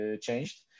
changed